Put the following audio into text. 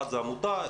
אחד עמותה,